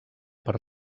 per